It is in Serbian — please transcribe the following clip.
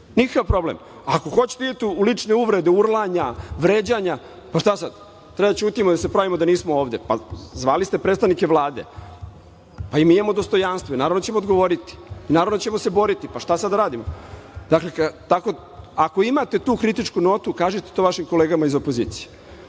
Nikakav problem. Ako hoćete da idete u lične uvrede, urlanja, vređanja, pa šta sada, treba da ćutimo, da se pravimo da nismo ovde. Zvali ste predstavnike Vlade, pa i mi imamo dostojanstvo, naravno da ćemo odgovoriti, naravno da ćemo se boriti. Šta sada da radimo? Ako imate tu kritičku notu, kažite to vašim kolega iz opozicije